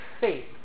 faith